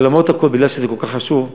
אבל למרות הכול, בגלל שזה כל כך חשוב,